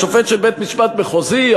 לשופט של בית-משפט מחוזי,